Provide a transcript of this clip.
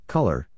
Color